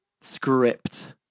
script